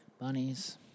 bunnies